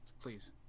Please